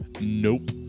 Nope